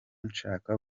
nshaka